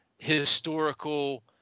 historical